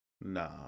Nah